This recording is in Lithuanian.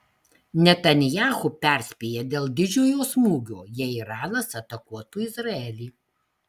netanyahu perspėja dėl didžiulio smūgio jei iranas atakuotų izraelį